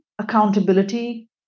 Accountability